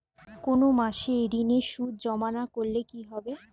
কোনো মাসে ঋণের সুদ জমা না করলে কি হবে?